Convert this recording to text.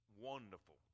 wonderful